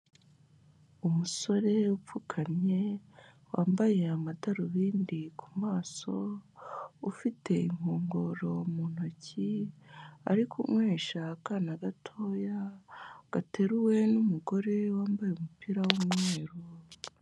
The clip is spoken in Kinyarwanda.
Umusore upfukamye, wambaye amadarubindi ku maso, ufite inkongoro mu ntoki, ari kunywesha akana gatoya, gateruwe n'umugore wambaye umupira w'umweru.